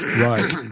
Right